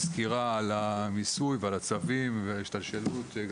סקירה על המיסוי ועל הצווים והשתלשלות,